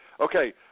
okay